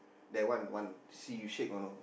that one one see you shake or no